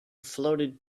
floated